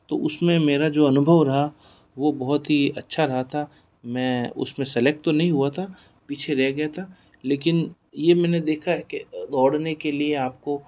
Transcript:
तो उसमें मेरा जो अनुभव रहा वो बहुत ही अच्छा रहा था मैं उसमें सैलेक्ट तो नहीं हुआ था पीछे रह गया था लेकिन ये मैंने देखा है कि दौड़ने के लिए आपको